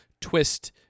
twist